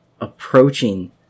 approaching